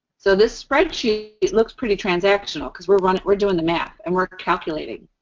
so, this spreadsheet, it looks pretty transactional because we're running, we're doing the math and we're calculating.